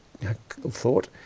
thought